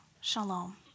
Shalom